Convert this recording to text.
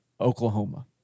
Oklahoma